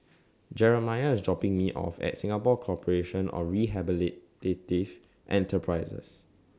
Jeremiah IS dropping Me off At Singapore Corporation of Enterprises